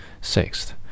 Sixth